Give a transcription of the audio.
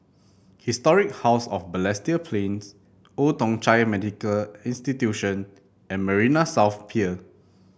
Historic House of Balestier Plains Old Thong Chai Medical Institution and Marina South Pier